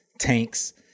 Tanks